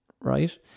right